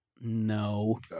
no